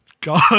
God